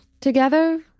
Together